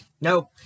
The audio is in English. no